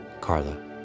Carla